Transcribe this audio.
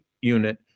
unit